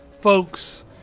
folks